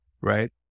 right